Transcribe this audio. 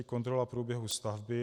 Kontrola průběhu stavby.